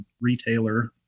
retailer